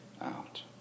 out